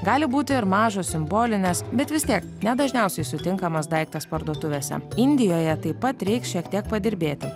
gali būti ir mažos simbolinės bet vis tiek ne dažniausiai sutinkamas daiktas parduotuvėse indijoje taip pat reiks šiek tiek padirbėti